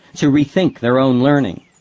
to rethink their own learning.